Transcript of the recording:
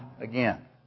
again